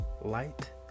light